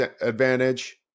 advantage